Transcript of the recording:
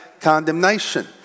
condemnation